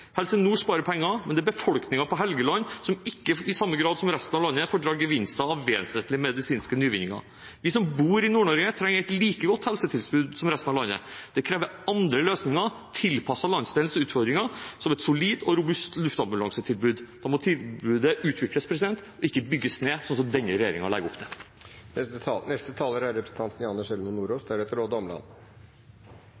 Helse Nord sparer penger, men det er befolkningen på Helgeland som ikke i samme grad som resten av landet får dra gevinster av vesentlige medisinske nyvinninger. Vi som bor i Nord-Norge, trenger et like godt helsetilbud som resten av landet. Det krever andre løsninger, tilpasset landsdelens utfordringer, som et solid og robust luftambulansetilbud. Da må tilbudet utvikles, ikke bygges ned, sånn som denne regjeringen legger opp til. Nærhet til sykehus er